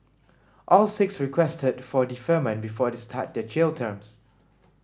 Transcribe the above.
all six requested for deferment before they start their jail terms